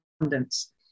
abundance